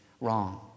wrong